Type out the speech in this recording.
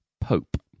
Pope